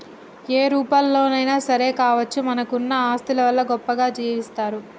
ఏ రూపంలోనైనా సరే కావచ్చు మనకున్న ఆస్తుల వల్ల గొప్పగా జీవిస్తరు